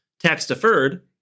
Tax-deferred